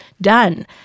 done